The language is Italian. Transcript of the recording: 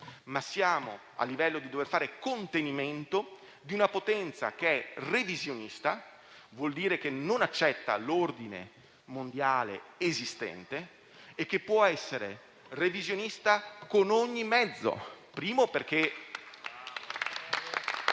ma siamo a livello di dover fare contenimento rispetto a una potenza revisionista, cioè che non accetta l'ordine mondiale esistente, e che può essere revisionista con ogni mezzo.